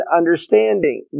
understanding